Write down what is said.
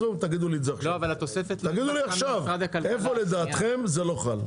תגידו לי עכשיו איפה לדעתכם זה לא חל.